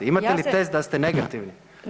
Imate li test da ste negativni.